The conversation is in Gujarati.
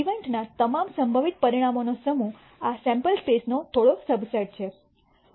ઇવેન્ટના તમામ સંભવિત પરિણામોનો સમૂહ આ સેમ્પલ સ્પેસ નો થોડો સબસેટ છે